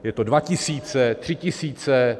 Jsou to dva tisíce, tři tisíce?